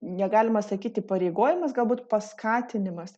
negalima sakyti įpareigojamas galbūt paskatinimas